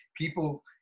people